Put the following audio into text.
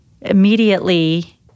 immediately